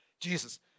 Jesus